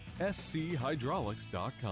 schydraulics.com